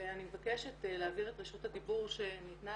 ואני מבקשת להעביר את רשות הדיבור שניתנה